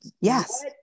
Yes